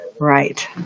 Right